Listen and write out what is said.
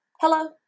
Hello